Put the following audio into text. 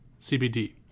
CBD